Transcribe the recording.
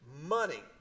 money